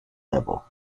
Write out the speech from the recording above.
level